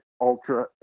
ultra